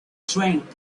drink